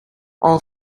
all